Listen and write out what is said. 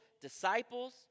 disciples